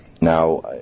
now